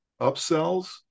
upsells